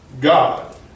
God